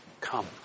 Come